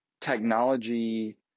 technology